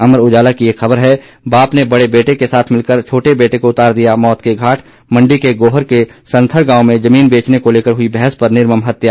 अमर उजाला की एक अन्य खबर है बाप ने बड़े बेटे के साथ मिलकर छोटे बेटे को उतार दिया मौत के घाट मंडी के गोहर के सनथर गांव में जमीन बेचने को लेकर हुई बहस पर निर्मम हत्या